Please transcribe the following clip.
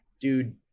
dude